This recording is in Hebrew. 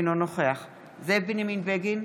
אינו נוכח זאב בנימין בגין,